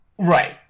Right